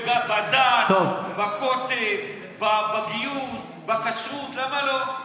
בדת, בכותל, בגיוס, בכשרות, למה לא?